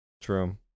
True